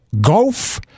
golf